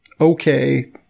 okay